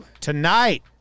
Tonight